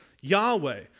Yahweh